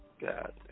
God